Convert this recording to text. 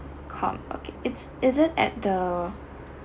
com okay is is it at the